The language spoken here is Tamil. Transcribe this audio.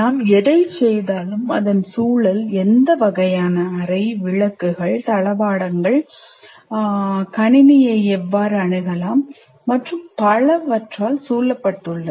நாம் எதைச் செய்தாலும் அதன் சூழல் எந்த வகையான அறை விளக்குகள் தளபாடங்கள் கணினியை எவ்வாறு அணுகலாம் மற்றும் பலவற்றால் சூழப்பட்டுள்ளது